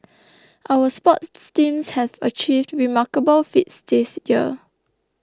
our sports teams have achieved remarkable feats this year